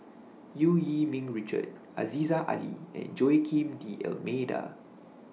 EU Yee Ming Richard Aziza Ali and Joaquim D'almeida